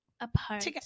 apart